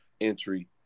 entry